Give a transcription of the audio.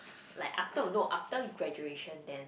like after no after graduation then